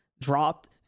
dropped